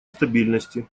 стабильности